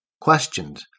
questioned